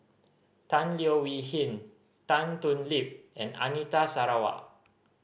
Tan Leo Wee Hin Tan Thoon Lip and Anita Sarawak